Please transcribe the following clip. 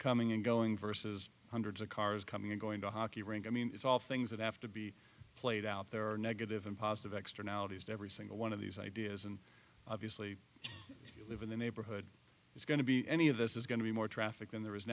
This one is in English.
coming and going versus hundreds of cars coming and going to a hockey rink i mean it's all things that have to be played out there are negative and positive externalities every single one of these ideas and obviously you live in the neighborhood it's going to be any of this is going to be more traffic than there